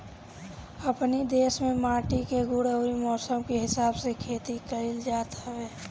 अपनी देस में माटी के गुण अउरी मौसम के हिसाब से खेती कइल जात हवे